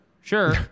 sure